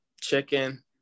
chicken